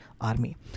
army